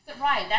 Right